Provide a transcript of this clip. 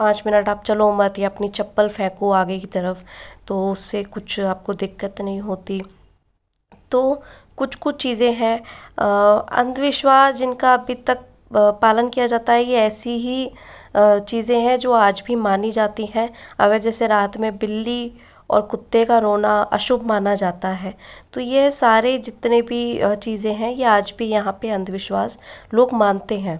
पाँच मिनट आप चलो मत या अपनी चप्पल फेंको आगे की तरफ़ तो उससे आपको कुछ दिक्कत नहीं होती तो कुछ कुछ चीज़ें हैं अन्धविश्वास जिनका अभी तक पालन किया जाता है ये ऐसी ही चीज़ें हैं जो आज भी मानी जाती है अगर जैसे रात में बिल्ली और कुत्ते का रोना अशुभ माना जाता है तो यह सारे जितने भी चीज़ें हैं ये आज भी यहाँ पर अंधविश्वास लोग मानते है